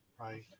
Right